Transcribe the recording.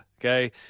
okay